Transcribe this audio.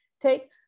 take